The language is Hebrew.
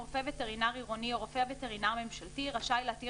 רופא וטרינר עירוני או רופא וטרינר ממשלתי רשאי להתיר